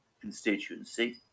constituency